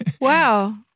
Wow